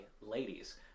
ladies